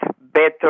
better